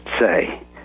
say